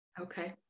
Okay